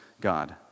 God